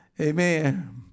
Amen